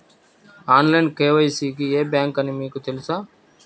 Online KYC కి ఏ bank అని మీకు తెలుసా?